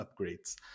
upgrades